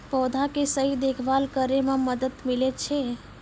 पौधा के सही देखभाल करै म मदद मिलै छै